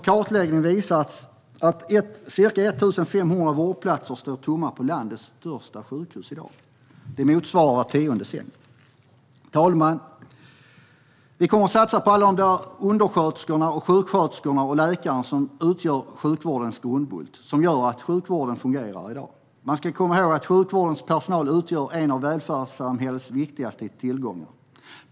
En kartläggning visar nämligen att ca 1 500 vårdplatser i dag står tomma på landets största sjukhus. Det motsvarar var tionde säng. Herr talman! Vi kommer att satsa på alla de undersköterskor, sjuksköterskor och läkare som utgör sjukvårdens grundbult och som gör att sjukvården fungerar i dag. Man ska komma ihåg att sjukvårdens personal utgör en av välfärdssamhällets viktigaste tillgångar.